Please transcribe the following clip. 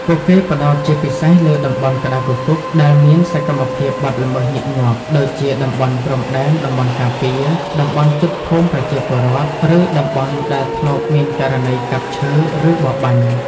ពួកគេផ្តោតជាពិសេសលើ តំបន់ក្តៅគគុក ដែលមានសកម្មភាពបទល្មើសញឹកញាប់ ដូចជាតំបន់ព្រំដែនតំបន់ការពារ តំបន់ជិតភូមិប្រជាពលរដ្ឋ ឬតំបន់ដែលធ្លាប់មានករណីកាប់ឈើ ឬបរបាញ់។